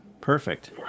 Perfect